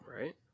Right